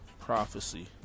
prophecy